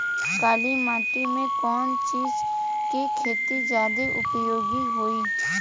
काली माटी में कवन चीज़ के खेती ज्यादा उपयोगी होयी?